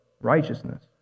righteousness